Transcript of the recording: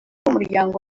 w’umuryango